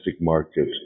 market